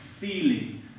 feeling